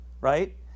Right